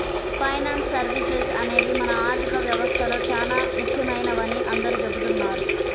finance services అనేవి మన ఆర్థిక వ్యవస్థలో చానా ముఖ్యమైనవని అందరూ చెబుతున్నారు